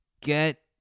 get